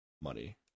money